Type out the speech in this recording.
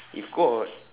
if got